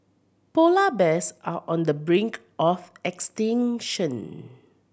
polar bears are on the brink of extinction